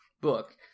book